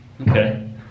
Okay